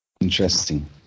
Interesting